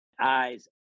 eyes